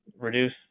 reduce